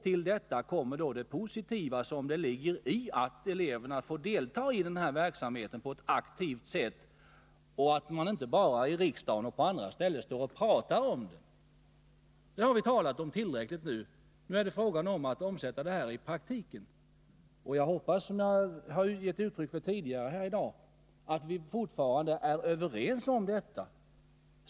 Till det kommer också det positiva som ligger i att eleverna verkligen får delta i den här verksamheten på ett aktivt sätt och att man inte här i riksdagen och på andra håll bara står och pratar om det. Vi har talat tillräckligt om detta, och nu är det fråga om att omsätta det i praktiken. Som jag givit uttryck åt tidigare här i 67 dag hoppas jag att vi fortfarande är överens på den punkten.